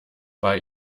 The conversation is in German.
bei